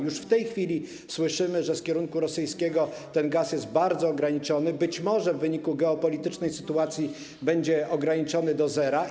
Już w tej chwili słyszymy, że z kierunku rosyjskiego ten gaz jest bardzo ograniczony, a być może w wyniku sytuacji geopolitycznej będzie ograniczony do zera.